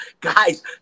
guys